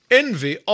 envy